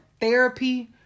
therapy